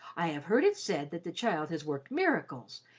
i have heard it said that the child has worked miracles,